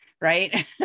right